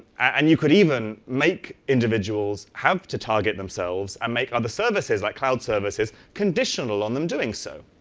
and you could even make individuals have to target themselves and make other services like cloud services conditional on them doing so.